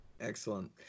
Excellent